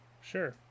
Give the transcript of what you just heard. Sure